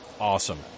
awesome